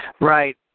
right